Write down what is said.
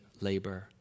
labor